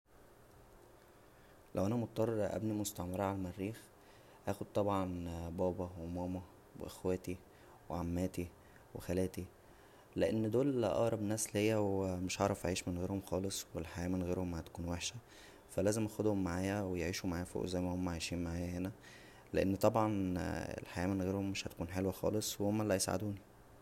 لو انا مضطر ابنى مستعمره عالمريخ هاخد طبعا بابا و ماما و اخواتى و عماتى و خالاتى لان ددول اقرب ناس ليا و مش هعرف اعيش من غيرهم خالص و الحياه من غيرهم هتكون وحشه فا لازم اخدهم معايا ويعيشوا معايا فوق زى ما هم عايشين معايا هنا لان طبعا الحياه من غيرهم مش هتكون حلوه خالص و هما اللى هيساعدونى